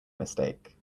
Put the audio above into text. mistake